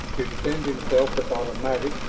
to defend himself with automatic,